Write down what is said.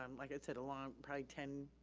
um like i said, along probably ten,